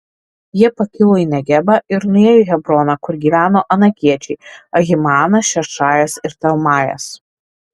jie pakilo į negebą ir nuėjo į hebroną kur gyveno anakiečiai ahimanas šešajas ir talmajas